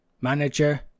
manager